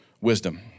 wisdom